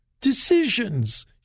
decisions